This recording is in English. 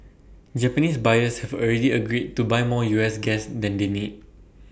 Japanese buyers have already agreed to buy more U S gas than they need